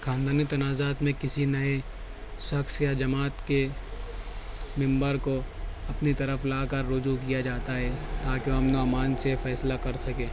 خاندانی تنازعات میں کسی نئے شخص یا جماعت کے ممبر کو اپنی طرف لا کر رجوع کیا جاتا ہے تاکہ امن و امان سے فیصلہ کر سکے